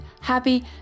happy